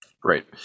Great